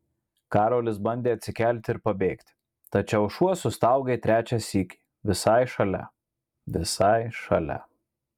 karolis bandė atsikelti ir pabėgti tačiau šuo sustaugė trečią sykį visai šalia visai šalia